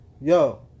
yo